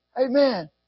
Amen